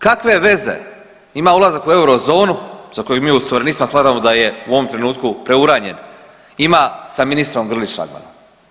Kakve veze ima ulazak u eurozonu, za koju mi iz suverenistima smatramo da je u ovom trenutku preuranjen, ima sa ministrom Grlić Radmanom?